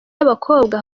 y’abakobwa